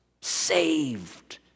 saved